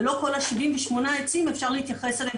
ולא כל ה-78 עצים אפשר להתייחס אליהם